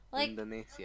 Indonesia